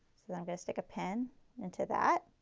i am going to stick a pin into that.